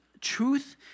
truth